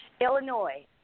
Illinois